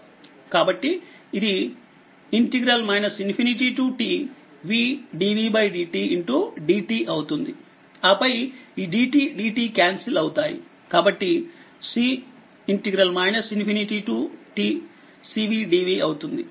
కాబట్టి ఇది tv dvdt dt అవుతుందిఆపైdt dt క్యాన్సిల్ అవుతాయి కాబట్టి C tcv dv అవుతుంది